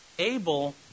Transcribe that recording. Abel